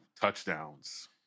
touchdowns